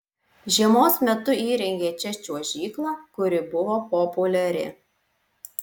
žiemos metu įrengė čia čiuožyklą kuri buvo populiari